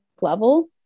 level